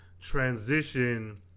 transition